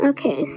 Okay